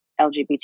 LGBT